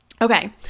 Okay